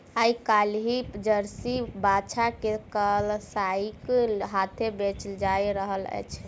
आइ काल्हि जर्सी बाछा के कसाइक हाथेँ बेचल जा रहल छै